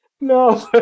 No